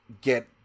get